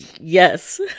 Yes